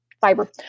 Fiber